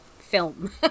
film